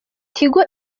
tigo